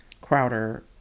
Crowder